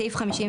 בסעיף 51